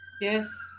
Yes